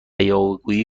یاوهگویی